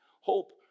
hope